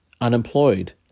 unemployed